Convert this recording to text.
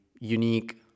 unique